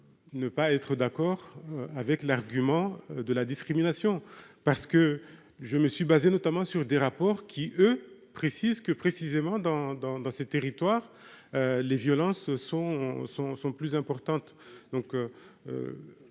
ne pas être d'accord avec l'argument de la discrimination parce que je me suis basé notamment sur des rapports qui eux précise que, précisément, dans, dans, dans ces territoires, les violences se sont sont sont plus importantes, donc,